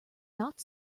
not